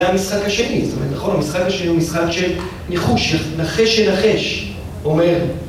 זה המשחק השני, זאת אומרת, נכון, המשחק השני הוא משחק של ניחוש, נחש ינחש, אומר...